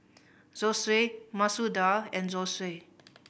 Zosui Masoor Dal and Zosui